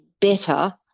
better